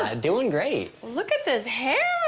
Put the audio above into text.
ah doing great. look at this hair